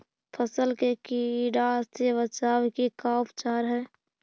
फ़सल के टिड्डा से बचाव के का उपचार है?